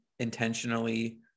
intentionally